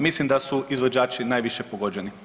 Mislim da su izvođači najviše pogođeni.